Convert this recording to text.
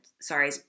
sorry